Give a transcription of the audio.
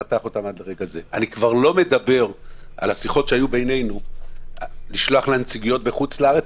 אני כבר לא מדבר על השיחות שהיו ביננו לשלוח לנציגויות בחוץ לארץ,